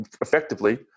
effectively